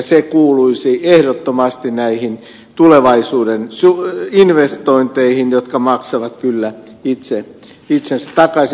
se kuuluisi ehdottomasti näihin tulevaisuuden investointeihin jotka maksavat kyllä itse itsensä takaisin